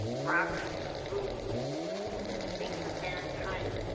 robert's rules thinks of that type.